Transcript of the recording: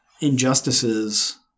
injustices